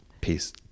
Peace